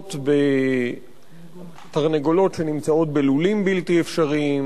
הפגיעות בתרנגולות שנמצאות בלולים בלתי אפשריים,